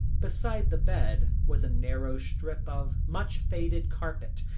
beside the bed was a narrow strip of much-faded carpet,